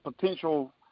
potential